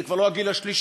זה כבר לא הגיל השלישי,